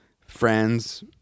Friends